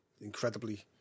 incredibly